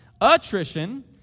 Attrition